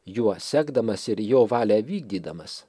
juo sekdamas ir jo valią vykdydamas